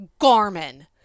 Garmin